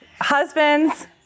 Husbands